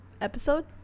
episode